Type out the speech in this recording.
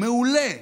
מעולה.